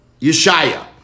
Yeshaya